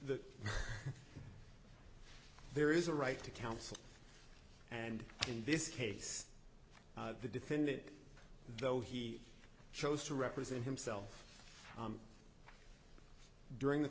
the there is a right to counsel and in this case the defendant though he chose to represent himself during the